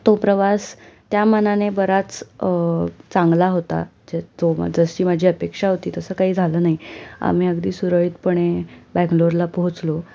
तो प्रवास त्या मानाने बराच चांगला होता जे तो जशी माझी अपेक्षा होती तसं काही झालं नाही आम्ही अगदी सुरळीतपणे बंगलोरला पोहोचलो